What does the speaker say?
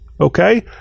Okay